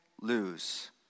lose